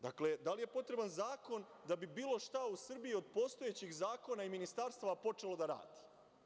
Dakle, da li je potreban zakon da bi bilo šta u Srbiji od postojećih zakona i ministarstava počelo da radi?